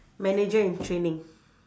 manager in training